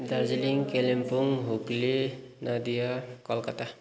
Darjeeling Kalimpong Hooghly Nadia Calcutta